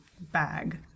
bag